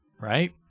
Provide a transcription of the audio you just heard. right